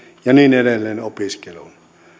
ja niin edelleen opiskeluun